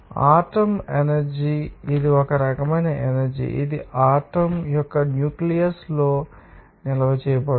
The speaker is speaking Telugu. అటమ్ ఎనర్జీ ఇది ఒక రకమైన ఎనర్జీ ఇది అటమ్ యొక్క న్యూక్లియస్ లో నిల్వ చేయబడుతుంది